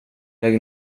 lägg